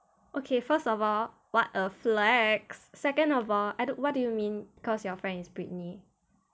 okay first of all what a flex second of all what do you mean because your friend is britney